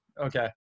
Okay